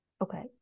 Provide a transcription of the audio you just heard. Okay